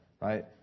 right